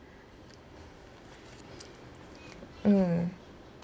mm